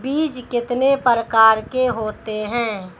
बीज कितने प्रकार के होते हैं?